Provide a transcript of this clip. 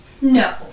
no